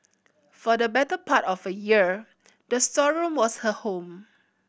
for the better part of a year the storeroom was her home